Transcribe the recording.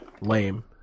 lame